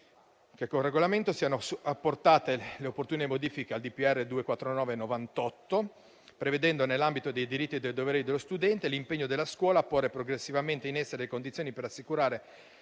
che con regolamento siano apportate le opportune modifiche al DPR 249 del 1998, prevedendo nell'ambito dei diritti e dei doveri dello studente l'impegno della scuola a porre progressivamente in essere condizioni per assicurare